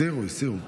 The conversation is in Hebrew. הסירו, הסירו.